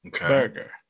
burger